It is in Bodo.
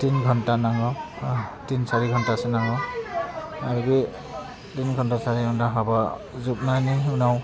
थिन घन्टा नाङो थिन सारि घन्टासो नाङो आरो बे थिन घन्टा सारि घन्टा हाबा जोबनायनि उनाव